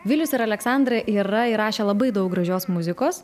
vilius ir aleksandra yra įrašę labai daug gražios muzikos